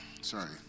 Sorry